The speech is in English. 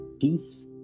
peace